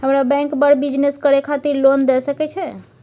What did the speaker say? हमरा बैंक बर बिजनेस करे खातिर लोन दय सके छै?